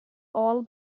all